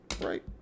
Right